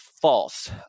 false